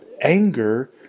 anger